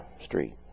street